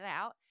out